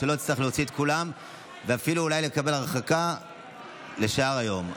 שלא אצטרך להוציא את כולן ואפילו אולי לקבל הרחקה לשאר היום.